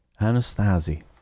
Anastasi